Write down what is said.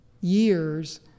years